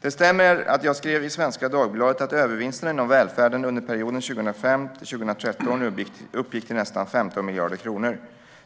Det stämmer att jag skrev i Svenska Dagbladet att övervinsterna inom välfärden under perioden 2005-2013 uppgick till nästan 15 miljarder kronor.